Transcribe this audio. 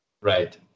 Right